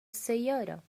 سيارة